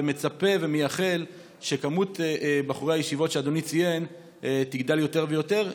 מצפה ומייחל שמספר בחורי הישיבות שאדוני ציין יגדל יותר ויותר,